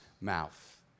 mouth